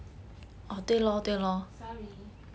sorry